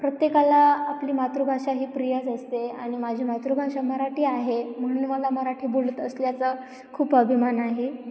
प्रत्येकाला आपली मातृभाषा ही प्रियच असते आणि माझी मातृभाषा मराठी आहे म्हणून मला मराठी बोलत असल्याचं खूप अभिमान आहे